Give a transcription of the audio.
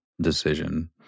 decision